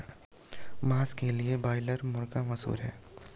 मांस के लिए ब्रायलर मुर्गा मशहूर है